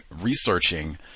researching